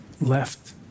left